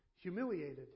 humiliated